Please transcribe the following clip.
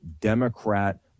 Democrat